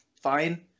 fine